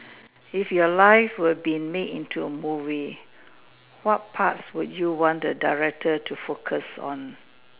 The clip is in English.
if your life were be made into a movie what parts would you like the director to focus on